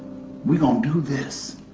we gonna do this.